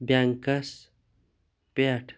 banks پٮ۪ٹھ